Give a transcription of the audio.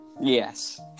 yes